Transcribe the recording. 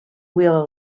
wheel